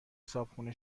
صاحبخونه